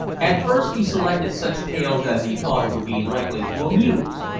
at first he selected such tales as he thought would be likely to amuse,